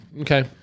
Okay